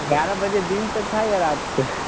ग्यारह बजे दिन के था या रात के